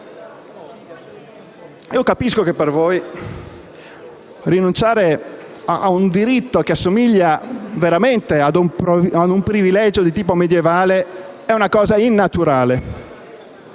Io capisco che per voi rinunciare ad un diritto che somiglia veramente ad un privilegio di tipo medievale è una cosa innaturale,